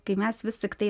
kai mes vis tiktai